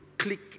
click